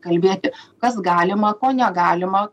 kalbėti kas galima ko negalima